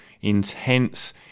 intense